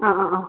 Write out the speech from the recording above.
അ അ